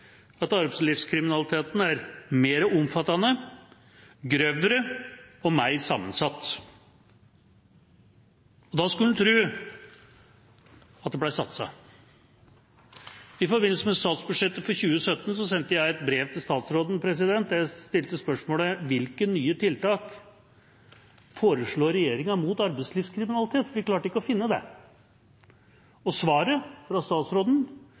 at arbeidslivskriminaliteten er mer omfattende, grovere og mer sammensatt. Da skulle en tro at det ble satset. I forbindelse med statsbudsjettet for 2017 sendte jeg et brev til statsråden, og jeg stilte spørsmålet: Hvilke nye tiltak foreslår regjeringa mot arbeidslivskriminalitet? Vi klarte ikke å finne det. Og svaret fra statsråden